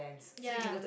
ya